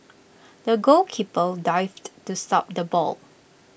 the goalkeeper dived to stop the ball